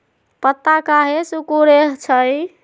पत्ता काहे सिकुड़े छई?